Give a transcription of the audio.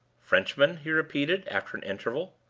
frenchmen? he repeated, after an interval.